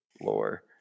lore